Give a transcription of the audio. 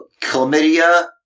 Chlamydia